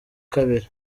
kabiri